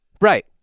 Right